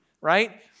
right